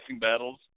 battles